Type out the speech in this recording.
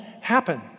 happen